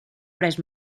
pres